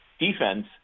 defense